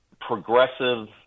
progressive